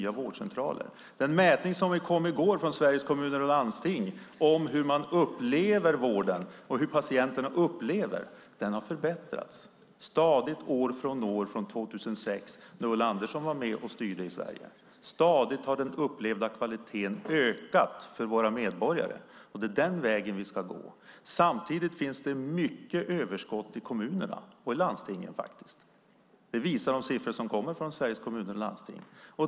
Den mätning som kom i går från Sveriges Kommuner och Landsting av hur patienterna upplever vården visar att siffrorna har förbättrats. De har förbättrats stadigt år för år sedan 2006 då Ulla Andersson var med och styrde i Sverige. Den upplevda kvaliteten har stadigt ökat hos våra medborgare. Det är den vägen vi ska gå. Samtidigt finns det stora överskott i kommunerna och landstingen. Det visar de siffror som kommer från Sveriges Kommuner och Landsting.